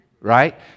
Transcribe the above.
Right